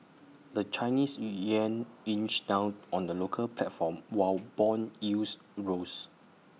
the Chinese Yuan inched down on the local platform while Bond yields rose